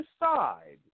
decide